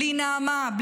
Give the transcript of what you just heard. בלי נעמה,